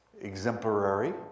Exemplary